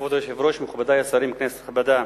כבוד היושב-ראש, מכובדי השרים, כנסת נכבדה,